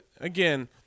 again